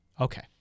Okay